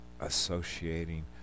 associating